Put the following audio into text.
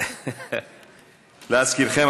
להזכירכם,